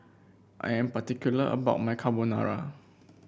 I am particular about my Carbonara